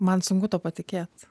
man sunku tuo patikėt